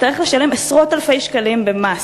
יצטרך לשלם עשרות אלפי שקלים מס.